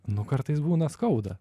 nu kartais būna skauda